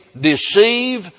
deceive